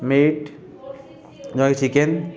meet ଜ chicken